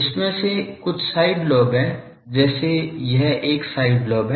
इसमें से कुछ साइड लोब हैं जैसे यह एक साइड लोब है